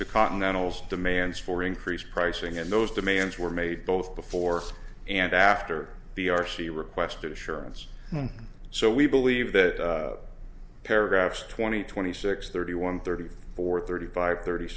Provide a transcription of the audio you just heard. to continentals demands for increased pricing and those demands were made both before and after the r c requested assurance and so we believe that paragraphs twenty twenty six thirty one thirty four thirty five thirty